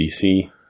DC